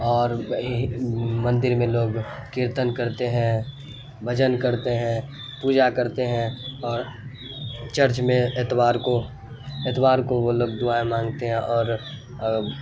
اور یہی مندر میں لوگ کرتن کرتے ہیں بھجن کرتے ہیں پوجا کرتے ہیں اور چرچ میں اتوار کو اتوار کو وہ لوگ دعائیں مانگتے ہیں اور